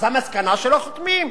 אז המסקנה שלא חותמים.